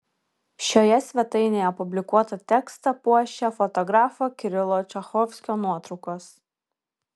šioje svetainėje publikuotą tekstą puošia fotografo kirilo čachovskio nuotraukos